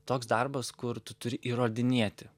toks darbas kur tu turi įrodinėti